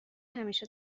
همیشه